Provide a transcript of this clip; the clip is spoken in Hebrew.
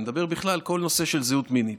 אני מדבר בכלל על כל הנושא של זהות מינית.